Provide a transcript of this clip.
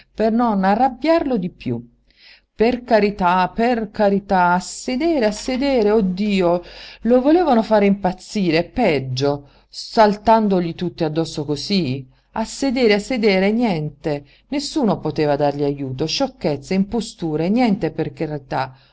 per non arrabbiarlo di piú per carità per carità a sedere a sedere oh dio lo volevano fare impazzire peggio saltandogli addosso cosí a sedere a sedere niente nessuno poteva dargli ajuto sciocchezze imposture niente per carità